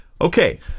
Okay